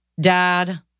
Dad